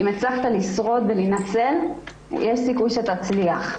אם הצלחת לשרוד ולהינצל יש סיכוי שתצליח.